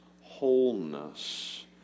wholeness